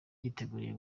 yiteguriye